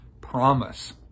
promise